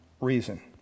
reason